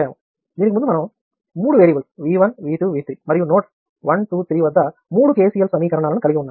దీనికి ముందు మనకు మూడు వేరియబుల్స్ V 1 V 2 V 3 మరియు నోడ్స్ 1 2 3 వద్ద మూడు KCL సమీకరణాలను కలిగి ఉన్నాము